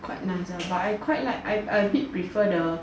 quite nice ah but I quite like I I a bit prefer the